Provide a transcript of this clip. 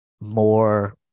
more